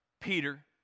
Peter